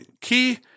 key